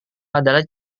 adalah